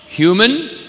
Human